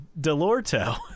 DeLorto